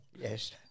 Yes